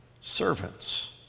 servants